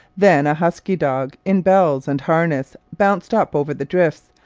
then a husky-dog in bells and harness bounced up over the drifts,